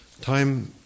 Time